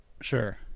Sure